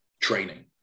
training